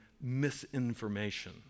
misinformation